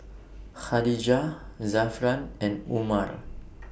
Khatijah Zafran and Umar